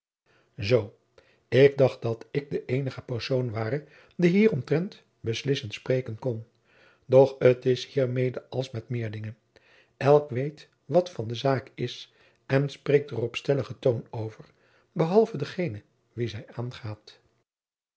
zoo ik dacht dat ik de eenige persoon ware die hieromtrent beslissend spreken kon doch het is hiermede als met meer dingen elk weet wat van de zaak is en spreekt er op stelligen toon over behalve degene wien zij aangaat